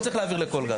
לא צריך להעביר לכל גן.